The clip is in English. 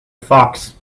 fox